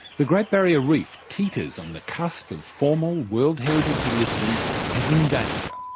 the great barrier reef teeters on the cusp of formal world heritage listing as in danger.